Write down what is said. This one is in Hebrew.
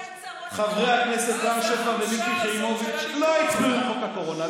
חברי הכנסת רם שפע ומיקי חיימוביץ' לא הצביעו עם חוק הקורונה.